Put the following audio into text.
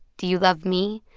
do you love me?